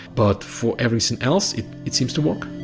but for everything else it it seems to work.